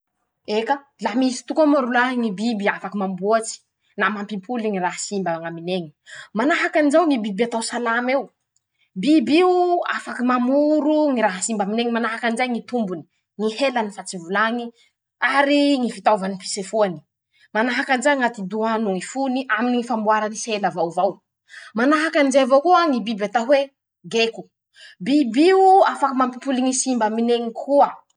Eka! La misy tokoa moa rolahy ñy biby afaky mamboatsy na mampimpoly ñy raha simba añaminy eñy: Manahaky anizao ñy biby atao "salama" eo. biby io. afaky mamoro ñy raha simba añaminy eñy. manahaky anizay ñy tombony. ñy helany fa tsy volañy. ary ñy fitaovany ñy fisefoany ;manahaky anizay ñy ati-doha noho ñy fo-ny aminy ñy famboary sela vaovao; manaahky anizay avao koa ñy biby atao hoe "geko", biby io afaky mampimpoly ñy simba aminy eñy koa.